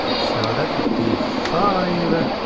so that would be five.